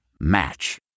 Match